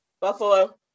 Buffalo